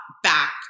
back